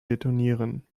detonieren